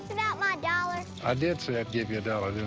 about my dollar? i did say i'd give you a dollar,